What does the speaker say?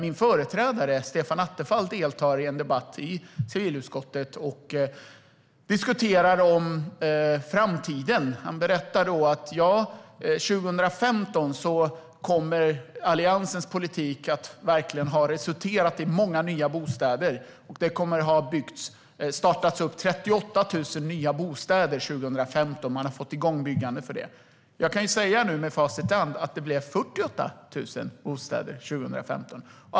Min företrädare Stefan Attefall deltog i en debatt i civilutskottet där man diskuterade framtiden. Stefan Attefall sa då att 2015 kommer Alliansens politik att ha resulterat i många nya bostäder. Det kommer att ha påbörjats 38 000 nya bostäder. Med facit i hand blev det 48 000 bostäder 2015.